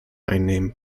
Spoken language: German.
einnehmen